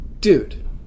Dude